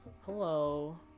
Hello